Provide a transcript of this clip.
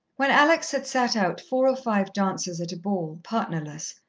when alex had sat out four or five dances at a ball, partnerless,